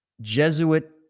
jesuit